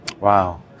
Wow